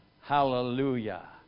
hallelujah